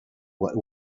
what